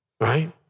Right